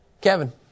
Kevin